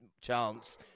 chance